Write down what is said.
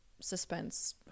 suspense